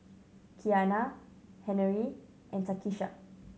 Kiana Henery and Takisha